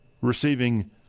receiving